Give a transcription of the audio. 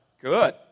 good